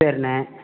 சேரிண்ணா